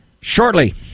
shortly